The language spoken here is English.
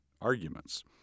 arguments